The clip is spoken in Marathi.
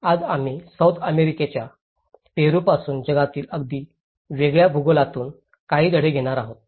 आज आम्ही सौथ अमेरिकेच्या पेरुपासून जगातील अगदी वेगळ्या भूगोलातून काही धडे घेणार आहोत